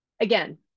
Again